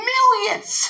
Millions